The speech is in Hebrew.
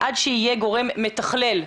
עד שיהיה גורם מתכלל,